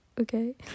okay